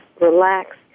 relax